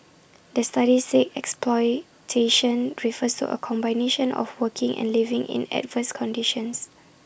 the study said exploitation refers to A combination of working and living in adverse conditions